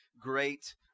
great